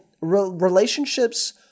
relationships